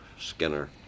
Skinner